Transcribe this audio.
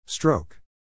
Stroke